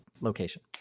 location